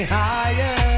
higher